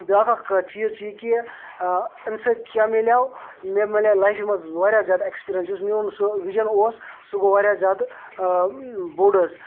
بیٛاکھ اَکھ چیٖز چھِ یہِ کہ امہِ سۭتۍ کیاہ مِلیو مےٚ مِلے لایفہِ منٛز واریاہ زیادٕ اٮ۪کسپیٖریٚنٛس یُس میون سُہ وِجَن اوس سُہ گوٚو واریاہ زیادٕ بوٚڈ حظ